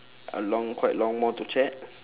a long quite long more to chat